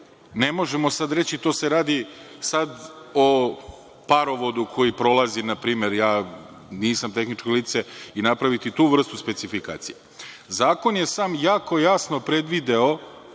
ne možemo sad reći da se radi o parovodu koji prolazi, na primer, ja nisam tehničko lice i napraviti tu vrstu specifikacije. Zakon je sam jako jasno predvideo